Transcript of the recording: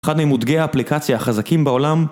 אחד ממותגי האפליקציה החזקים בעולם